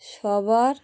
সবার